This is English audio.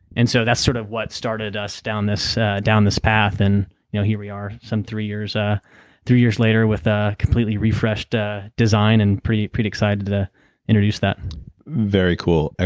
and so that's sort of what started us down this down this path and you know here we are, some three years ah three years later with a completely refreshed ah design and pretty pretty exited to introduce that very cool.